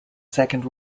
second